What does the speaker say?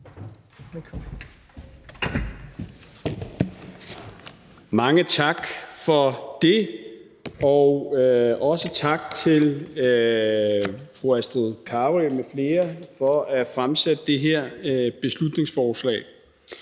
Mange tak for det, og også tak til fru Astrid Carøe m.fl. for at fremsætte det her beslutningsforslag.